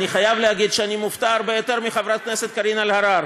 אני חייב להגיד שאני מופתע הרבה יותר מחברת הכנסת קארין אלהרר,